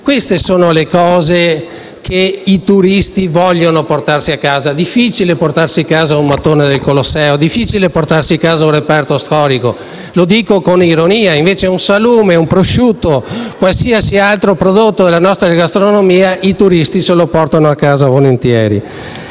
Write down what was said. Queste sono le cose che i turisti vogliono portarsi a casa; è difficile portarsi a casa un mattone del Colosseo o un reperto storico - lo dico ovviamente con ironia - mentre un salume, un prosciutto o qualsiasi altro prodotto della nostra gastronomia i turisti lo portano a casa volentieri.